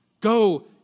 Go